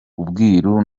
ubwiru